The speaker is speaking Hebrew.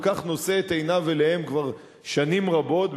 כך נושא את עיניו אליהם כבר שנים רבות,